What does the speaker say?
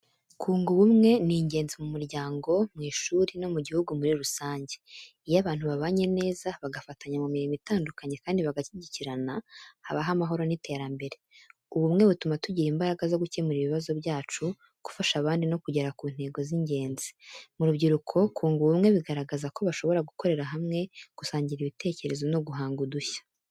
Kunga ubumwe ni ingenzi mu muryango, mu ishuri no mu gihugu muri rusange. Iyo abantu babanye neza, bagafatanya mu mirimo itandukanye kandi bagashyigikirana, habaho amahoro n’iterambere. Ubumwe butuma tugira imbaraga zo gukemura ibibazo byacu, gufasha abandi no kugera ku ntego z’ingenzi. Mu rubyiruko, kunga ubumwe bigaragaza ko bashobora gukorera hamwe, gusangira ibitekerezo no guhanga udushya.